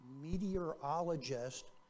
meteorologist